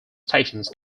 stations